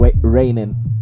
raining